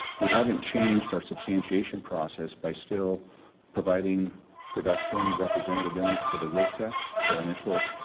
we haven't changed our substantiation process by still providing production, representative inlets for the rig test for initial,